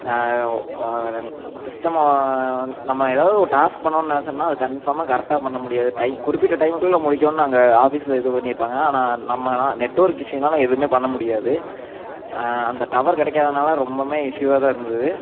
system நம்ம ஏதாவது ஒரு டாஸ்க் பண்ணணும் நினைச்சோம்னா அது கன்ஃபார்மாக கரெக்டாக பண்ண முடியாது டைம் குறிப்பிட்ட டைமுகுள்ளே முடிக்கணும் நாங்கள் ஆஃபீஸில் இது பண்ணியிருப்பாங்க ஆனால் நம்ம ஆனால் நெட் ஒர்க் இஸ்யூனால் எதுவுமே பண்ண முடியாது அந்த டவர் கிடைக்காதனால ரொம்பவுமே இஸ்யூவாக தான் இருந்தது